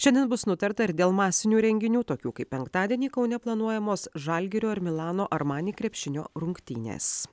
šiandien bus nutarta ir dėl masinių renginių tokių kaip penktadienį kaune planuojamos žalgirio ir milano armani krepšinio rungtynės